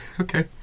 Okay